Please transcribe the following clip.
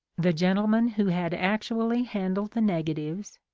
the gentleman who had actually handled the negatives,